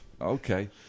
Okay